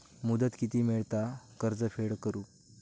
मुदत किती मेळता कर्ज फेड करून?